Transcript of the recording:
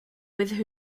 with